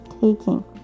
taking